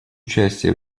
участие